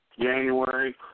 January